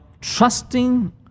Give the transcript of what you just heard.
trusting